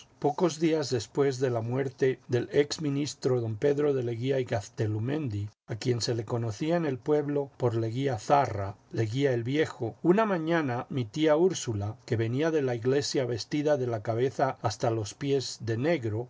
pocos días después de la muerte del ex ministro don pedro de leguía y gaztulumendi a quien se le conocía en el pueblo por leguía zarra leguía el viejo una mañana mi tía úrsula que venía de la iglesia vestida de la cabeza hasta los pies de negro